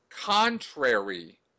contrary